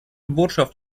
botschaft